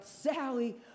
Sally